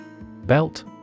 Belt